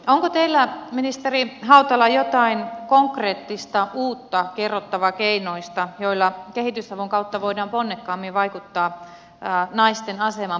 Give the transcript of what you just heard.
onko teillä ministeri hautala jotain konkreettista uutta kerrottavaa keinoista joilla kehitysavun kautta voidaan ponnekkaammin vaikuttaa naisten aseman parantumiseen